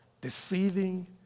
deceiving